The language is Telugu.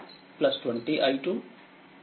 ఇది40i120i2 VThevenin0